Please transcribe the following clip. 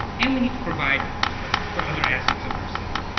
and we need to provide for other assets of our city.